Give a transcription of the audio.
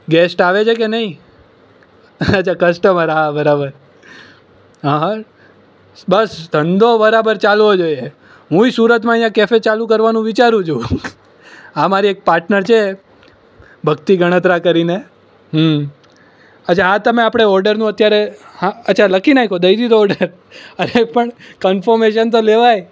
guest આવે છે કે નહીં અચ્છા કસ્ટમર આવે બરાબર હં હં બસ ધંધો બરાબર ચાલવો જોઈએ હુંય સુરતમાં અહીંયા કેફે ચાલું કરવાનું વિચારું છું હા મારી એક પાર્ટનર છે ભક્તિ ગણાત્રા કરીને અચ્છા આ તમે આપણે ઓર્ડરનું અત્યારે હા અચ્છા લખી નાખ્યો દઈ દીધો ઓર્ડર અરે પણ કન્ફર્મેશન તો લેવાય